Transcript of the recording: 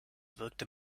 wirkte